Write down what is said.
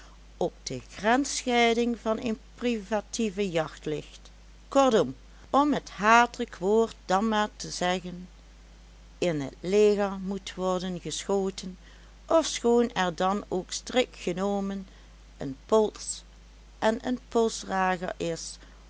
die op de grensscheiding van een privatieve jacht ligt kortom om het hatelijk woord dan maar te zeggen in t leger moet worden geschoten ofschoon er dan ook strikt genomen een pols en een polsdrager is